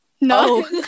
No